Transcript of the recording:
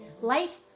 Life